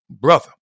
brother